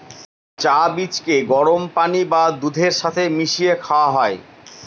চা বীজকে গরম পানি বা দুধের সাথে মিশিয়ে খাওয়া হয়